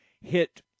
hit